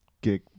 gig